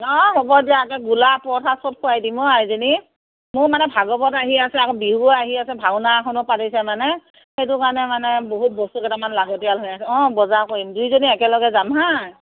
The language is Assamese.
অঁ হ'ব দিয়া একে গোলা পৰঠা সব খোৱাই দিম অ' আইজনী মোৰ মানে ভাগৱত আহি আছে আকৌ বিহুও আহি আছে ভাওনা এখনো পাতিছে মানে সেইটো কাৰণে মানে বহুত বস্তু কেইটামান লাগতিয়াল হৈ আছে অঁ বজাৰ কৰিম দুইজনী একেলগে যাম হাঁ